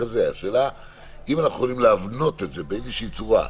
השאלה אם אנחנו יכולים להבנות את זה באיזו צורה,